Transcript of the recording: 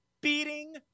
beating